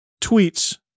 tweets